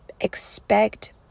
expect